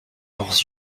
leurs